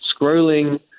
scrolling